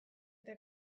eta